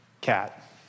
Cat